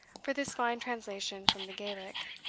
for this fine translation from the gaelic.